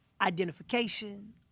identification